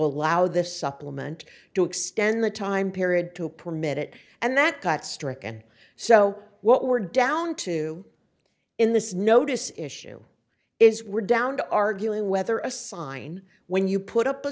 allow the supplement to extend the time period to permit it and that got stricken so what we're down to in this notice issue is we're down to arguing whether a sign when you put up a